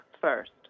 first